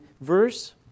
verse